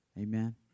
Amen